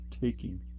taking